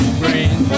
brain